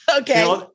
Okay